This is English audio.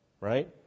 right